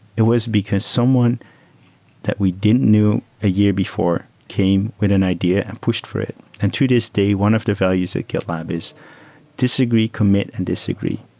it was because someone that we didn't knew a year before came with an idea and pushed for it. and to this day, one of the values at gitlab is disagree, commit, and disagree.